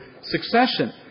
succession